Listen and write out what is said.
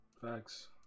Facts